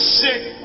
sick